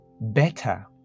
better